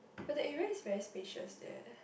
but the area is very spacious there